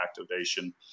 activation